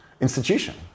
institution